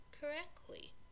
correctly